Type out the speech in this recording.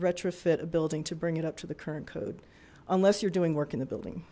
retrofit a building to bring it up to the current code unless you're doing work in the building